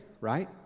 right